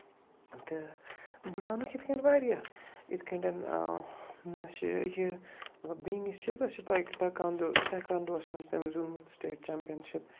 تہٕ بہٕ زانَکھ یِتھ کٲٹھۍ واریاہ یِتھ کٲٹھۍ مےٚ چھِ یہِ مطلب بیٚنہِ چھِ سۄ چھِ ٹَیکانٛڈو ٹَیکانٛڈوس منٛز چھِ تٔمۍ زیوٗنمُت سِٹیٹ چٮ۪مپِیَن شِپ